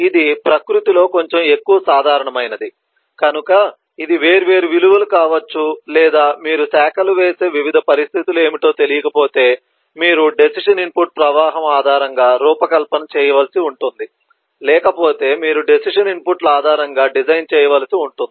ఇది ప్రకృతిలో కొంచెం ఎక్కువ సాధారణమైనది కనుక ఇది వేర్వేరు విలువలు కావచ్చు లేదా మీరు శాఖలు వేసే వివిధ పరిస్థితులు ఏమిటో తెలియకపోతే మీరు డెసిషన్ ఇన్పుట్ ప్రవాహం ఆధారంగా రూపకల్పన చేయవలసి ఉంటుంది లేకపోతే మీరు డెసిషన్ ఇన్పుట్ల ఆధారంగా డిజైన్ చేయవలసి ఉంటుంది